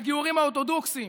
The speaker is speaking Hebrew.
הגיורים האורתודוקסיים,